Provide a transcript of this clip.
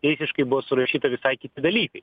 teisiškai bus surašyta visai kiti dalykai